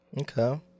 Okay